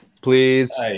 Please